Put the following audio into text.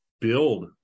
build